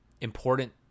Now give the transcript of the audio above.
important